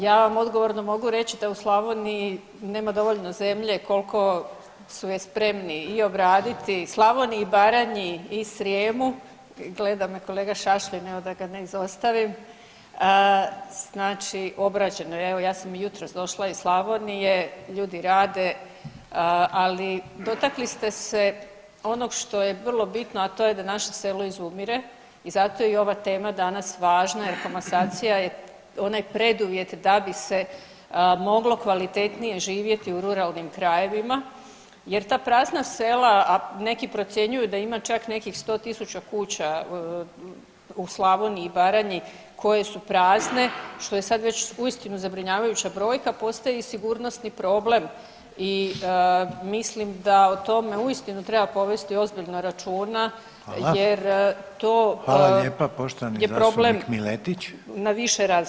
Ja vam odgovorno mogu reći da u Slavoniji nema dovoljno zemlje koliko su je spremni i obraditi, Slavoniji, Baranji i Srijemu, gleda me kolega Šašlin evo da ga ne izostavim znači obrađeno, evo ja sam i jutros došla iz Slavonije, ljudi rade ali dotakli ste se onog što je vrlo bitno, a to je da naše selo izumire i zato je i ova tema danas važna jer komasacija je onaj preduvjet da bi se moglo kvalitetnije živjeti u ruralnim krajevima jer ta prazna sela, a neki procjenjuju da ima čak nekih 100.000 kuća u Slavoniji i Baranji koje su prazne što je sad već uistinu zabrinjavajuća brojka postaju i sigurnosni problem i mislim da o tome uistinu treba povesti ozbiljno računa jer [[Upadica: Hvala.]] to je problem [[Upadica: Hvala lijepa.]] na više razina.